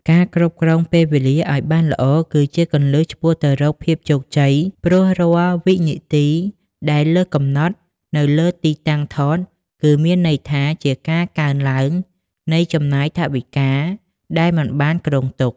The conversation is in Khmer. ការគ្រប់គ្រងពេលវេលាឱ្យបានល្អគឺជាគន្លឹះឆ្ពោះទៅរកភាពជោគជ័យ ព្រោះរាល់វិនាទីដែលលើសកំណត់នៅលើទីតាំងថត គឺមានន័យថាជាការកើនឡើងនៃចំណាយថវិកាដែលមិនបានគ្រោងទុក។